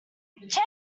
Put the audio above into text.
chance